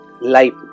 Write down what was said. life